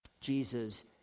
Jesus